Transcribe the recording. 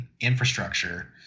infrastructure